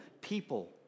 people